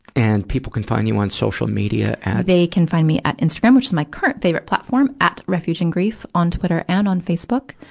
and people can find you on social media at, megan they can find me at instagram, which is my current favorite platform, at refugeingrief on twitter and on facebook.